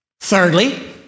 Thirdly